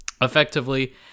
effectively